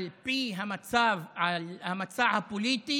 על פי המצע הפוליטי